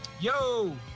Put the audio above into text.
Yo